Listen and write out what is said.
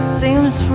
seems